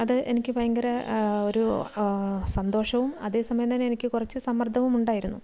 അത് എനിക്ക് ഭയങ്കര ഒരു സന്തോഷവും അതേ സമയം തന്നെ എനിക്ക് കുറച്ച് സമ്മർദ്ദവും ഉണ്ടായിരുന്നു